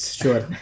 sure